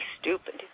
stupid